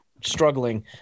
struggling